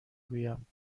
گویم